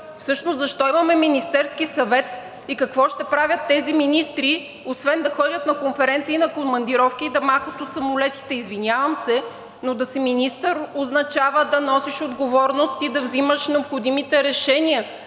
защо имаме Министерски съвет и какво ще правят тези министри, освен да ходят на конференции и на командировки и да махат от самолетите. Извинявам се, но да си министър означава да носиш отговорност и да взимаш необходимите решения.